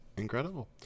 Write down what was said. incredible